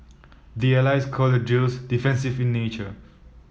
the allies call the drills defensive in nature